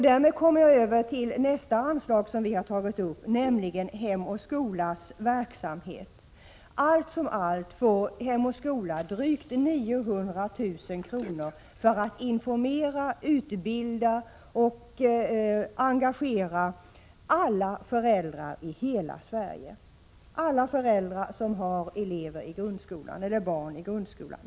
Därmed kommer jag över till nästa anslag som vi har tagit upp, nämligen till Hem o. skolas verksamhet. Allt som allt får Hem o. skola drygt 900 000 kr. för att informera, utbilda och engagera alla föräldrar i hela Sverige som har barn i grundskolan.